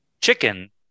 chicken